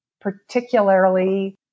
particularly